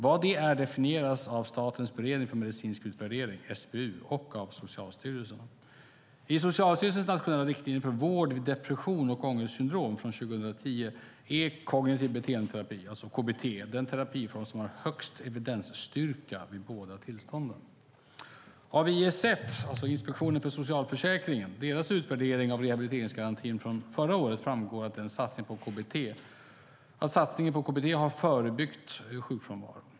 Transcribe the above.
Vad det är definieras av Statens beredning för medicinsk utvärdering, SBU, och av Socialstyrelsen. I Socialstyrelsens nationella riktlinjer för vård vid depression och ångestsyndrom från 2010 är kognitiv beteendeterapi, alltså KBT, den terapiform som har högst evidensstyrka vid båda tillstånden. Av ISF:s - Inspektionen för socialförsäkringen - utvärdering av rehabiliteringsgarantin från förra året framgår det att satsningen på KBT har förebyggt sjukfrånvaro.